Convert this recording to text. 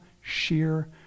sheer